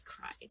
cried